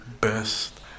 best